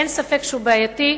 אין ספק שהוא בעייתי,